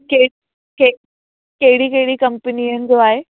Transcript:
के के कहिड़ी कहिड़ी कंपनी ईंदो आहे